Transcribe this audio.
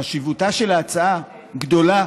חשיבותה של ההצעה גדולה,